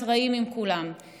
מתראים עם כולם,